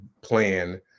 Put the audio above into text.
plan